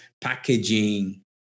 packaging